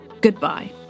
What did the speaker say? goodbye